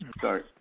Sorry